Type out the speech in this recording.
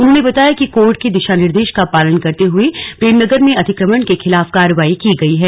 उन्होंने बताया कि कोर्ट के दिशा निर्देश का पालन करते हुए प्रेमनगर में अतिक्रमण के खिलाफ कार्रवाई की गई है